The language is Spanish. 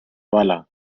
bala